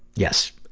yes,